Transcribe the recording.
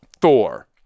Thor